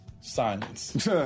Silence